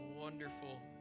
wonderful